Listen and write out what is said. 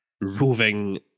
roving